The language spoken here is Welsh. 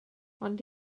ond